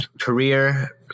Career